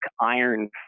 iron